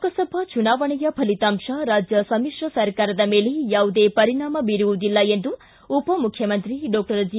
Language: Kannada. ಲೋಕಸಭಾ ಚುನಾವಣೆಯ ಫಲಿತಾಂಶ ರಾಜ್ಯ ಸಮಿತ್ರ ಸರ್ಕಾರದ ಮೇಲೆ ಯಾವುದೇ ಪರಿಣಾಮ ಬೀರುವುದಿಲ್ಲ ಎಂದು ಉಪಮುಖ್ಯಮಂತ್ರಿ ಡಾಕ್ಟರ್ ಜಿ